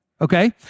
okay